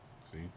See